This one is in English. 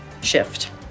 shift